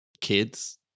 kids